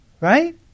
Right